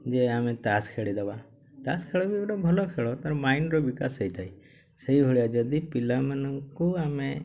ଯେ ଆମେ ତାସ ଖେଳି ଦେବା ତାସ ଖେଳ ବି ଗୋଟେ ଭଲ ଖେଳ ତାର ମାଇଣ୍ଡର ବିକାଶ ହେଇଥାଏ ସେଇଭଳିଆ ଯଦି ପିଲାମାନଙ୍କୁ ଆମେ